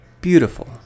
Beautiful